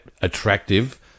attractive